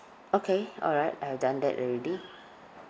okay alright I've done that already